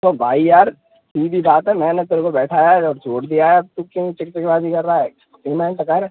तो भाई यार सीधी बात है मैंने तेरे को बैठाया है और छोड़ दिया है अब तू क्यों चिकचिक बाज़ी कर रहा है पेमेंट कर